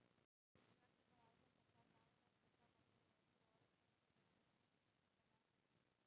कपास रोजगार के बढ़ावे ला सरकार गांवे गांवे चरखा बटले रहे एसे औरत सभ घरे बैठले पईसा कमा सन